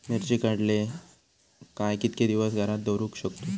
मिर्ची काडले काय कीतके दिवस घरात दवरुक शकतू?